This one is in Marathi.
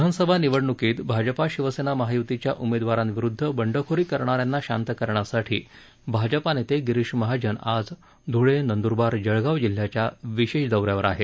विधानसभा निवडणुकीत भाजप शिवसेना महायुतीच्या उमेदवारांविरुध्द बंडखोरी करणाऱ्यांना शांत करण्यासाठी भाजपा नेते गिरीष महाजन आज धूळे नंदूरबार जळगाव जिल्ह्याच्या विशेष दौऱ्यावर आहेत